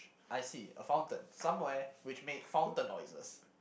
I see a fountain somewhere which make fountain noises